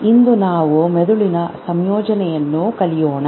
ಇಂದು ನಾವು ಮೆದುಳಿನ ಸಂಯೋಜನೆಯನ್ನು ಕಲಿಯೋಣ